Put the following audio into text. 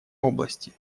области